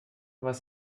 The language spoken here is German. was